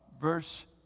verse